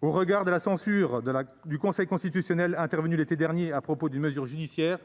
Au regard de la censure du Conseil constitutionnel intervenue l'été dernier à propos d'une mesure judiciaire